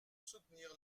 soutenir